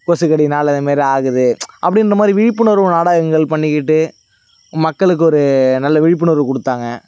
கொசுக்கடியினால் இதுமாதிரி ஆகுது அப்படின்னு மாதிரி விழிப்புணர்வு நாடகங்கள் பண்ணிக்கிட்டு மக்களுக்கு ஒரு நல்ல விழிப்புணர்வு கொடுத்தாங்க